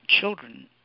children